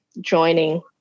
joining